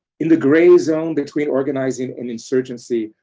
in the gray zone between organizing and insurgency,